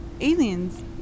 aliens